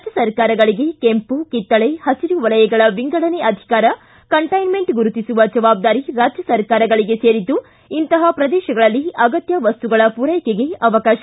ರಾಜ್ಯ ಸರ್ಕಾರಗಳಿಗೆ ಕೆಂಪು ಕಿತ್ತಳೆ ಹಸಿರು ವಲಯಗಳ ವಿಂಗಡನೆ ಅಧಿಕಾರ ಕಂಟ್ಲೆನ್ಮೆಂಟ್ ಗುರುತಿಸುವ ಜವಾಬ್ದಾರಿ ರಾಜ್ಯ ಸರ್ಕಾರಗಳಿಗೆ ಸೇರಿದ್ದು ಇಂತಹ ಪ್ರದೇಶಗಳಲ್ಲಿ ಅಗತ್ಯ ವಸ್ತುಗಳ ಪೂರೈಕೆಗೆ ಅವಕಾಶ